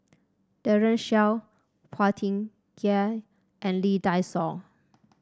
Daren Shiau Phua Thin Kiay and Lee Dai Soh